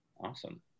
awesome